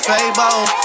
Fable